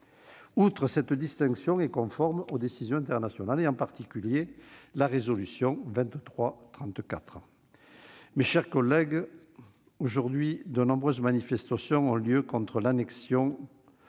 outre, cette distinction est conforme aux décisions internationales, en particulier la résolution 2334. Mes chers collègues, aujourd'hui, de nombreuses manifestations ont lieu contre l'annexion et le